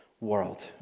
world